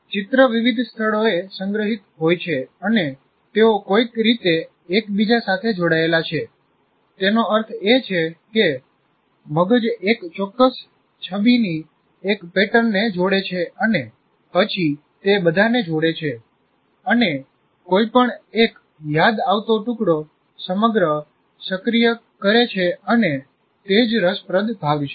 ચિત્ર વિવિધ સ્થળોએ સંગ્રહિત હોય છે અને તેઓ કોઈક રીતે એકબીજા સાથે જોડાયેલા છે તેનો અર્થ એ છે કે મગજ એક ચોક્કસ છબીની એક પેટર્નને જોડે છે અને પછી તે બધાને જોડે છે અને કોઈપણ એક યાદ આવતો ટુકડો સમગ્ર સક્રિય કરે છે અને તેજ રસપ્રદ ભાગ છે